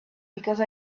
because